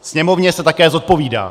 Sněmovně se také zodpovídá.